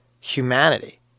humanity